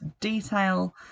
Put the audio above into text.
detail